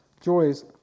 joys